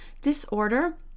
disorder